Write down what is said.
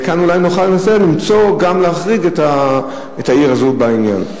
כאן אולי נוכל למצוא דרך להחריג את העיר הזו בעניין הזה.